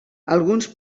alguns